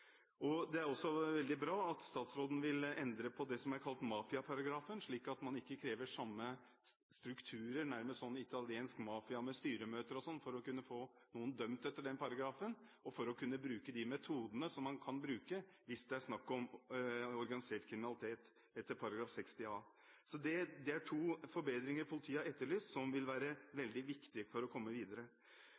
Det er også veldig bra at statsråden vil endre på det som er kalt mafiaparagrafen, slik at man ikke krever samme strukturer – nærmest italiensk mafia med styremøter – for å kunne få noen dømt etter denne paragrafen, og for å kunne bruke de metodene man kan bruke, hvis det er snakk om organisert kriminalitet etter straffeloven § 60 a. Det er to forbedringer politiet har etterlyst, og som vil være veldig viktige for å komme videre.